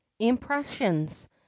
Impressions